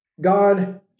God